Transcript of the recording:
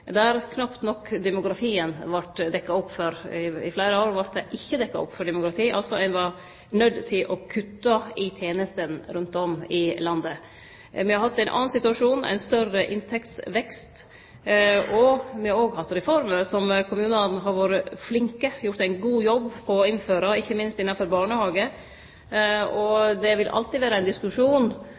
knapt nok vart dekt opp for demografi. I fleire år vart det ikkje dekt opp for demografi, og ein var altså nøydd til å kutte i tenester rundt om i landet. Me har hatt ein annan situasjon, ein større inntektsvekst, og me har òg hatt reformer som kommunane har vore flinke til, og gjort ein god jobb for, å innføre, ikkje minst innanfor barnehagar. Det vil alltid vere ein diskusjon